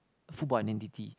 football identity